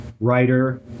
writer